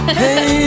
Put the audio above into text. hey